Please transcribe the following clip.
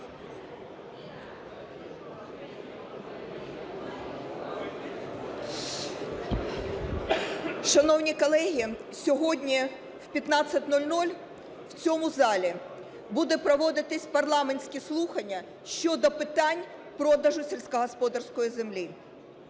Шановні колеги, сьогодні о 15:00 в цьому залі будуть проводитися парламентські слухання щодо питань продажу сільськогосподарської землі.